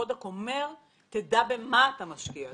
חודק אומר: תדע במה אתה משקיע.